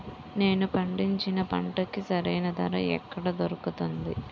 నేను పండించిన పంటకి సరైన ధర ఎక్కడ దొరుకుతుంది?